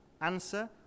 Answer